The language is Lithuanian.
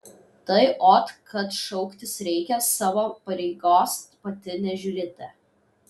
tai ot kad šauktis reikia savo pareigos pati nežiūrite